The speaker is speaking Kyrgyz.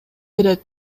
берет